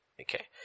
Okay